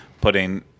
putting